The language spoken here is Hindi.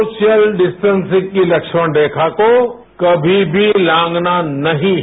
सोशल डिस्टेंसिंग की लक्ष्मण रेखा को कमी भी लांघना नहीं है